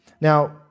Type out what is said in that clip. Now